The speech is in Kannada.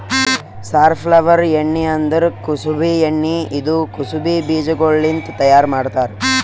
ಸಾರ್ಫ್ಲವರ್ ಎಣ್ಣಿ ಅಂದುರ್ ಕುಸುಬಿ ಎಣ್ಣಿ ಇದು ಕುಸುಬಿ ಬೀಜಗೊಳ್ಲಿಂತ್ ತೈಯಾರ್ ಮಾಡ್ತಾರ್